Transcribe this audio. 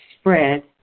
spread